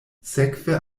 sekve